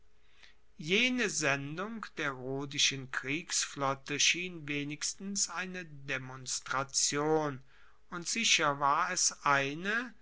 jene sendung der rhodischen kriegsflotte schien wenigstens eine demonstration und sicher war es eine